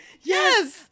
Yes